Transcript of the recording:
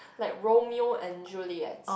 like Romeo and Juliet